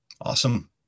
Awesome